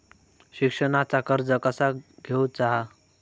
शिक्षणाचा कर्ज कसा घेऊचा हा?